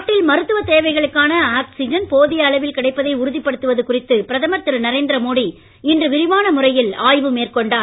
நாட்டில் மருத்துவ தேவைகளுக்கான ஆக்சிஜன் போதிய அளவில் கிடைப்பதை உறுதிப் படுத்துவது குறித்து பிரதமர் திரு நரேந்திர மோடி இன்று விரிவான முறையில் ஆய்வு மேற்கொண்டார்